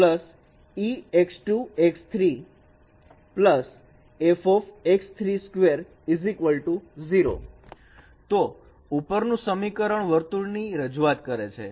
તો ઉપરનું સમીકરણ વર્તુળ ની રજૂઆત કરે છે